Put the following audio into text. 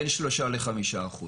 בין 3% ל-5%.